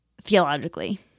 theologically